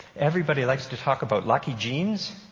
everybody likes to talk about lucky genes,